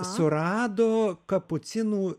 surado kapucinų